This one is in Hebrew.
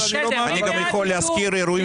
אני גם יכול להזכיר אירועים ספציפיים.